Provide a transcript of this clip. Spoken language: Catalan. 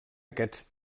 aquests